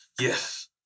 Yes